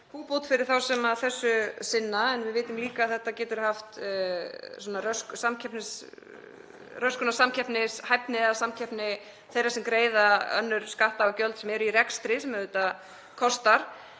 búbót fyrir þá sem þessu sinna en við vitum líka að þetta getur raskað samkeppnishæfni eða samkeppni þeirra sem greiða aðra skatta og gjöld og eru í rekstri, sem auðvitað kostar